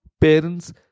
Parents